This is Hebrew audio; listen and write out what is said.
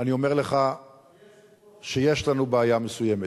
אני אומר לך שיש לנו בעיה מסוימת.